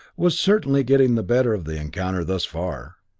was certainly getting the better of the encounter thus far,